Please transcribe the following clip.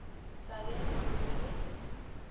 ᱥᱟᱜᱮᱱ ᱢᱟᱱᱰᱤ